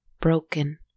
broken